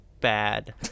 bad